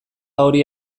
hori